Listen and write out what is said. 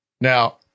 Now